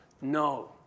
no